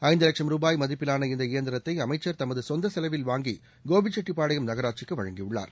ஐந்து லட்சம் ரூபாய் மதிப்பிலான இந்த இயந்திரத்தை அமைச்சர் தமது சொந்த செலவில் வாங்கி கோபிச்செட்டிப்பாயைம் நகராட்சிக்கு வழங்கியுள்ளார்